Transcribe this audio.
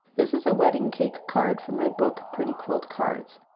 this is a wedding cake card from my book pretty quilled cards,